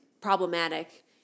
problematic